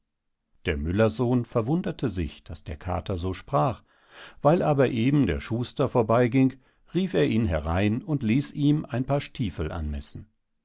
der müllerssohn verwunderte sich daß der kater so sprach weil aber eben der schuster vorbeiging rief er ihn herein und ließ ihm ein paar stiefel anmessen